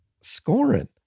scoring